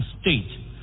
state